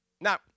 Now